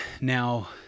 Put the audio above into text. now